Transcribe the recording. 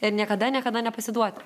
ir niekada niekada nepasiduoti